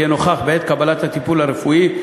יהיה נוכח בעת קבלת הטיפול הרפואי,